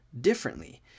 differently